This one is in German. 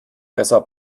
besser